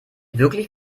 wirklich